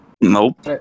Nope